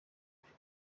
bukwe